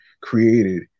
created